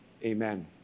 Amen